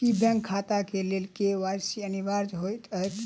की bank खाता केँ लेल के.वाई.सी अनिवार्य होइ हएत?